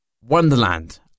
Wonderland